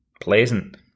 pleasant